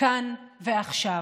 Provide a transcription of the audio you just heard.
כאן ועכשיו.